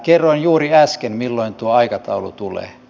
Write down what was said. kerroin juuri äsken milloin tuo aikataulu tulee